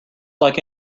like